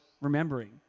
remembering